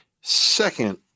Second